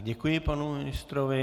Děkuji panu ministrovi.